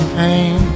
pain